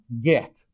get